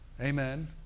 Amen